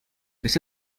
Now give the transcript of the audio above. this